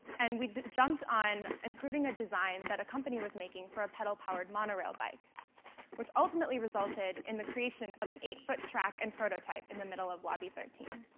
and we jumped on improving a design that a company was making for a pedal-powered monorail bike which ultimately resulted in the creation of an eight foot track and prototype in the middle of lobby thirteen.